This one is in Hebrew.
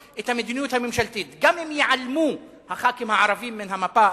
גם אם ייעלמו חברי הכנסת הערבים מהמפה,